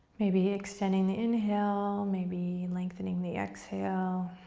maybe extending the inhale, maybe lengthening the exhale.